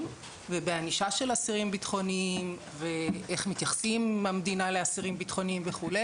ובענישה של אסירים בטחוניים ואיך המדינה מתייחסת לאסירים בטחוניים וכו',